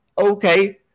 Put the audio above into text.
Okay